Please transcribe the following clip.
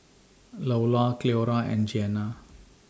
Loula Cleora and Jeana